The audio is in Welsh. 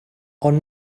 ond